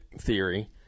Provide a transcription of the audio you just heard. theory